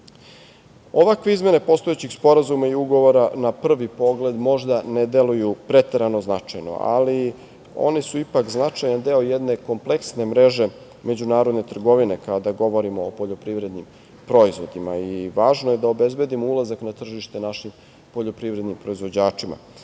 izmene postojećih sporazuma ugovora na prvi pogled možda ne deluju preterano značajno, ali one su ipak značajan deo jedne kompleksne mreže međunarodne trgovine kada govorimo o poljoprivrednim proizvodima i važno je da obezbedimo ulazak na tržište našim poljoprivrednim proizvođačima. Uspeh